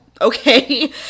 okay